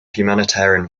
humanitarian